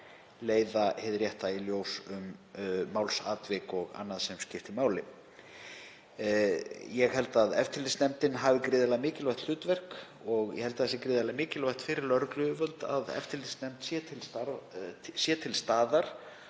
leiða hið rétta í ljós um málsatvik og annað sem skiptir máli. Ég held að eftirlitsnefndin hafi gríðarlega mikilvægt hlutverk og ég held að það sé gríðarlega mikilvægt fyrir lögregluyfirvöld að eftirlitsnefnd sé til staðar